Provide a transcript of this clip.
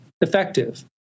effective